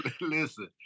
listen